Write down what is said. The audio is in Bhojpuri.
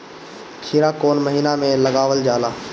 खीरा कौन महीना में लगावल जाला?